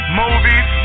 movies